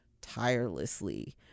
tirelessly